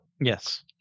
Yes